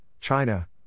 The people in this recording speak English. China